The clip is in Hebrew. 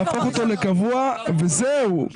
להפוך אותו לקבוע וזהו.